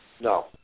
No